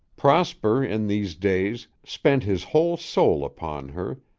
prosper, in these days, spent his whole soul upon her,